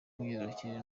bw’imyororokere